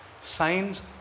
signs